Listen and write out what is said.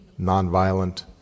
nonviolent